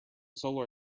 solar